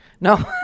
no